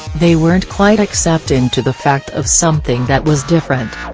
they weren't quite accepting to the fact of something that was different.